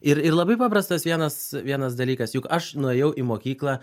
ir ir labai paprastas vienas vienas dalykas juk aš nuėjau į mokyklą